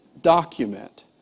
document